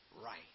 right